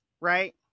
right